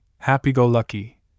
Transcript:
happy-go-lucky